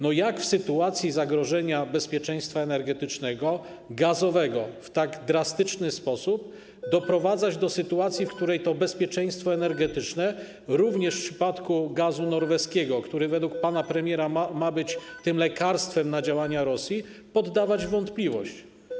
No jak w sytuacji zagrożenia bezpieczeństwa energetycznego, gazowego w tak drastyczny sposób doprowadzać do sytuacji, w której to bezpieczeństwo energetyczne również w przypadku gazu norweskiego, który według pana premiera ma być lekarstwem na działania Rosji, podawać w wątpliwość?